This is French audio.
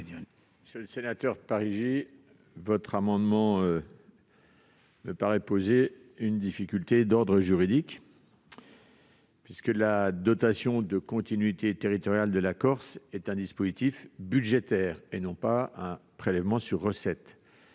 Monsieur Parigi, votre amendement me paraît poser une difficulté d'ordre juridique, puisque la dotation de continuité territoriale de Corse est une mesure budgétaire, et non un prélèvement sur recettes.